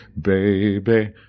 Baby